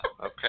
Okay